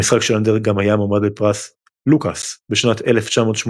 המשחק של אנדר גם היה מועמד לפרס Locus בשנת 1986,